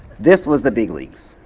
this was the big leagues.